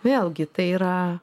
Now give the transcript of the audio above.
vėlgi tai yra